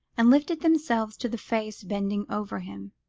and lifted themselves to the face bending over him.